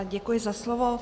Děkuji za slovo.